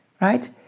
right